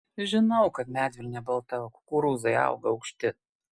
žinau kad medvilnė balta o kukurūzai auga aukšti